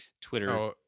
Twitter